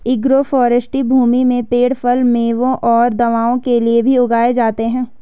agroforestry भूमि में पेड़ फल, मेवों और दवाओं के लिए भी उगाए जाते है